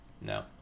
No